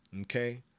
Okay